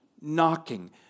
knocking